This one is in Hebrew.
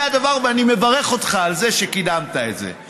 זה הדבר, ואני מברך אותך על זה שקידמת את זה.